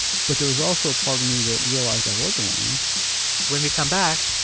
but there was also a part of me that realized i was alone when we come back,